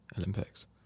Olympics